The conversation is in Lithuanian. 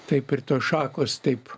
taip ir tos šakos taip